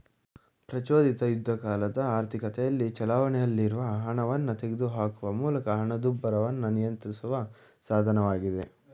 ಪ್ರಚೋದಿತ ಯುದ್ಧಕಾಲದ ಆರ್ಥಿಕತೆಯಲ್ಲಿ ಚಲಾವಣೆಯಲ್ಲಿರುವ ಹಣವನ್ನ ತೆಗೆದುಹಾಕುವ ಮೂಲಕ ಹಣದುಬ್ಬರವನ್ನ ನಿಯಂತ್ರಿಸುವ ಸಾಧನವಾಗಿದೆ